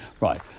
Right